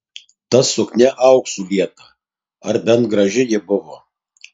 ta suknia auksu lieta ar bent graži ji buvo